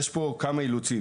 יש פה כמה אילוצים,